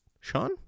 Sean